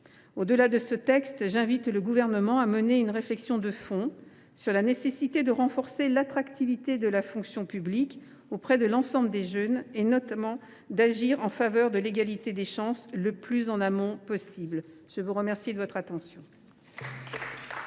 Au delà de ce texte, j’invite le Gouvernement à mener une réflexion de fond sur la nécessité de renforcer l’attractivité de la fonction publique auprès de l’ensemble des jeunes et d’agir en faveur de l’égalité des chances le plus en amont possible. La parole est à Mme Patricia